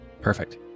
Perfect